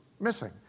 missing